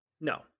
No